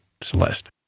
Celeste